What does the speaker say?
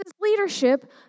leadership